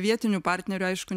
vietinių partnerių aišku